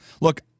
look